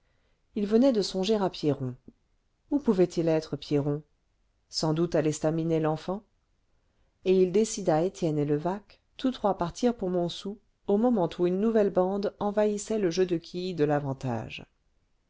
il venait de songer à pierron où pouvait-il être pierron sans doute à l'estaminet lenfant et il décida étienne et levaque tous trois partirent pour montsou au moment où une nouvelle bande envahissait le jeu de quilles de l'avantage